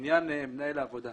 לעניין מנהל העבודה.